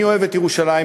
אני אוהב את ירושלים,